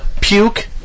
puke